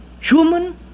human